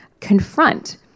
confront